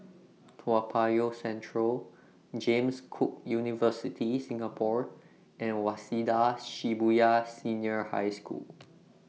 Toa Payoh Central James Cook University Singapore and Waseda Shibuya Senior High School